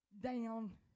down